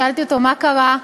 שאלתי אותו: מה קרה?